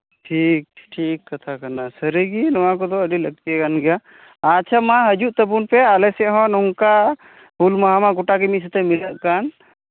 ᱴᱷᱤᱠ ᱴᱷᱤᱠ ᱠᱟᱛᱷᱟ ᱠᱟᱱᱟ ᱥᱟᱹᱨᱤᱜᱮ ᱱᱚᱣᱟ ᱠᱚᱫᱚ ᱟᱹᱰᱤᱜᱮ ᱞᱟᱹᱠᱛᱤ ᱠᱟᱱ ᱜᱮᱭᱟ ᱟᱪᱪᱷᱟ ᱢᱟ ᱦᱤᱡᱩᱜ ᱛᱟᱵᱚᱱ ᱯᱮ ᱟᱞᱮ ᱥᱮᱫ ᱦᱚᱸ ᱱᱚᱝᱠᱟ ᱦᱩᱞ ᱢᱟᱦᱟ ᱢᱟ ᱜᱚᱴᱟᱜᱮ ᱢᱤᱫ ᱥᱟᱛᱮᱫ ᱢᱤᱞᱟᱹᱜ ᱠᱟᱱ